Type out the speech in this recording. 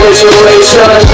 situation